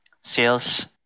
sales